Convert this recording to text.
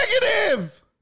negative